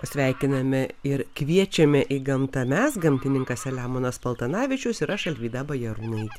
sveikiname ir kviečiame į gamtą mes gamtininkas selemonas paltanavičius ir aš alvyda bajarūnaitė